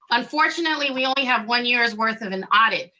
unfortunately, we only have one year's worth of an audit.